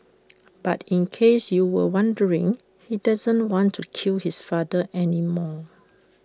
but in case you were wondering he doesn't want to kill his father anymore